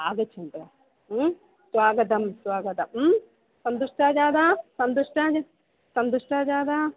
आगच्छन्तु स्वागतं स्वागतम् सन्तुष्टा जाता सन्तुष्टा सन्तुष्टा जाता